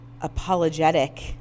apologetic